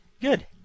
Good